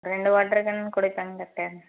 ரெண்டு water can குடிப்பேங்க doctor